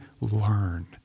learn